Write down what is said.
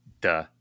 duh